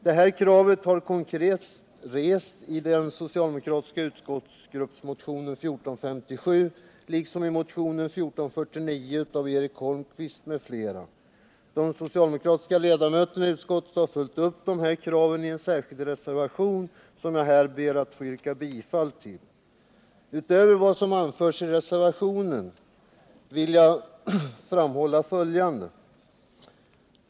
Detta krav har konkret rests i den socialdemokratiska utskottsgruppmotionen 1457 liksom i motionen 1449 av Eric Holmqvist m.fl. De socialdemokratiska ledamöterna i utskottet har följt upp dessa krav i en särskild reservation, som jag härmed ber att få yrka bifall till. Utöver vad som anförs i reservationen vill jag framhålla följande.